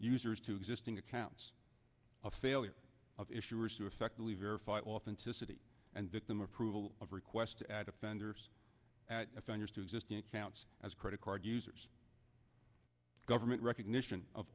users to existing accounts a failure of issuers to effectively verify authenticity and victim approval of requests to add offenders offenders to existing accounts as credit card users government recognition of